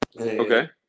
Okay